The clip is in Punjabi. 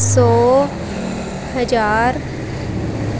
ਸੌ ਹਜ਼ਾਰ